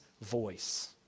voice